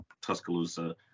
Tuscaloosa